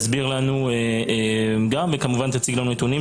בבקשה תסביר לנו ותציג לנו כמובן נתונים.